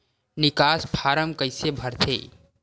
निकास फारम कइसे भरथे?